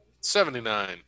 Seventy-nine